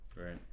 Right